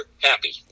happy